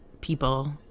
people